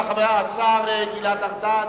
השר גלעד ארדן,